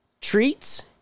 treats